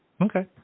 Okay